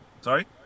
Sorry